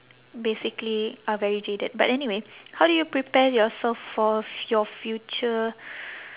basically are very jaded but anyway how do you prepare yourself for your future